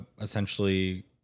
essentially